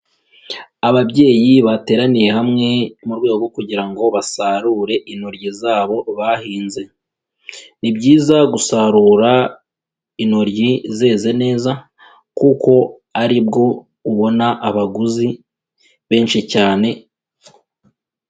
Ababyeyi bateraniye hamwe mu rwego rwo kugira ngo basarure intoryi zabo bahinze. Ni byiza gusarura intoryi zeze neza kuko ari bwo ubona abaguzi benshi cyane.